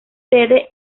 sede